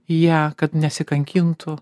ją kad nesikankintų